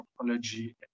anthropology